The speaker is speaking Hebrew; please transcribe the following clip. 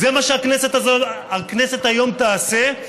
זה מה שהכנסת היום תעשה,